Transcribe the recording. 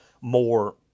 more